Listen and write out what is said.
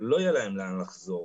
לא יהיה לאן לחזור,